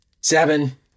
seven